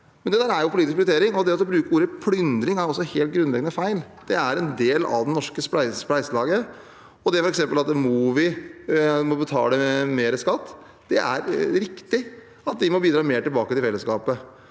Det er en politisk prioritering, og det å bruke ordet «plyndring» er helt grunnleggende feil. Dette er en del av det norske spleiselaget. Når det gjelder f.eks. det at Mowi må betale mer skatt, er det riktig at de må bidra mer tilbake til fellesskapet.